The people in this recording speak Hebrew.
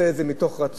עושה את זה מתוך רצון,